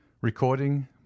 recording